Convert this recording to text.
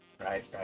right